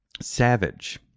Savage